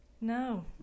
no